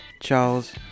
Charles